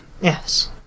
Yes